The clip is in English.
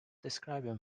describes